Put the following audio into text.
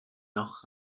noch